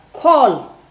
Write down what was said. call